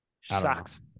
sucks